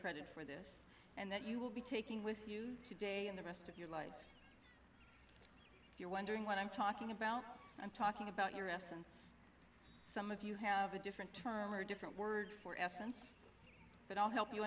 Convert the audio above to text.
credit for this and that you will be taking with you today and the rest of your life you're wondering what i'm talking about i'm talking about your essence some of you have a different or different word for essence but i'll help you